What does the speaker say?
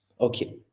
okay